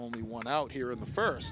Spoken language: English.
only one out here in the first